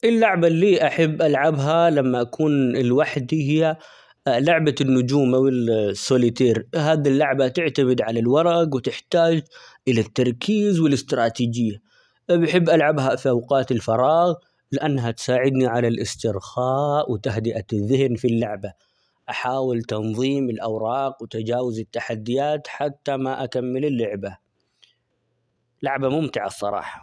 اللعبة اللي أحب ألعبها لما أكون لوحدي هي لعبة النجوم، أو السوليتير هذي اللعبة تعتمد على الورق وتحتاج إلى التركيز والاستراتيجية، بحب ألعبها في أوقات الفراغ لأنها تساعدني على الاسترخاء ، وتهدئة الذهن في اللعبة أحاول تنظيم الأوراق ،وتجاوز التحديات حتى ما أكمل اللعبة، لعبة ممتعة الصراحة.